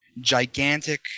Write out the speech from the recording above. Gigantic